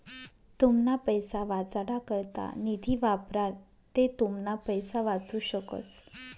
तुमना पैसा वाचाडा करता निधी वापरा ते तुमना पैसा वाचू शकस